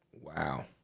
Wow